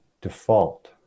default